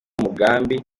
mugambi